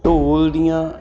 ਢੋਲ ਦੀਆਂ